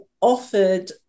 offered